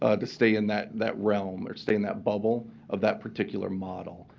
ah to stay in that that realm or stay in that bubble of that particular model.